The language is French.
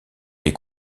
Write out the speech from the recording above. les